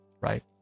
right